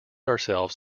ourselves